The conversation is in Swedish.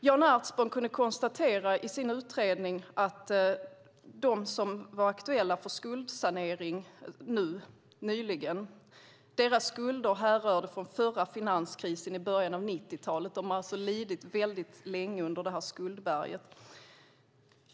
Jan Ertsborn kunde i sin utredning konstatera att när det gäller de som var aktuella för skuldsanering nyligen härrörde deras skulder från den förra finanskrisen i början av 90-talet. De har alltså lidit länge under detta skuldberg.